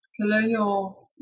colonial